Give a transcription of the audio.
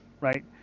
right